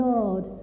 Lord